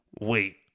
wait